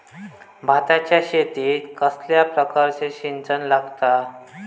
भाताच्या शेतीक कसल्या प्रकारचा सिंचन लागता?